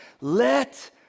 Let